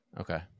Okay